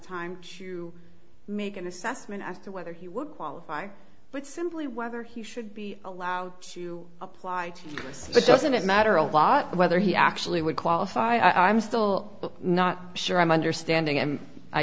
time to make an assessment as to whether he would qualify but simply whether he should be allowed to apply to us it doesn't matter a lot whether he actually would qualify i'm still not sure i'm understanding and i